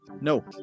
No